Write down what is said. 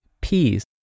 peas